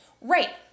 Right